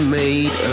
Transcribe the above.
made